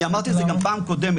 אני אמרתי את זה גם בפעם הקודמת.